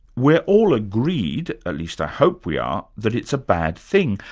we're all agreed, at least i hope we are, that it's a bad thing,